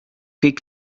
kõik